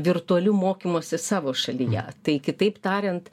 virtualiu mokymuosi savo šalyje tai kitaip tariant